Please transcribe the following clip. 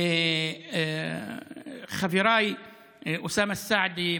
חבריי אוסאמה סעדי,